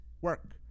work